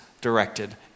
directed